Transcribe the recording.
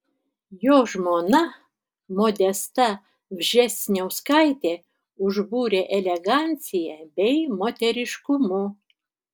jo žmona modesta vžesniauskaitė užbūrė elegancija bei moteriškumu